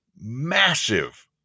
massive